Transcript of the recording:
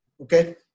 Okay